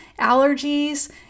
allergies